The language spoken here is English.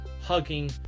hugging